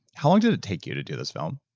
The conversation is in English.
how long did it take you to do this film?